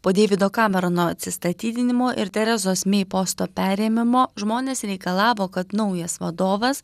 po deivido kamerono atsistatydinimo ir terezos mei posto perėmimo žmonės reikalavo kad naujas vadovas